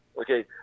Okay